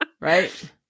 Right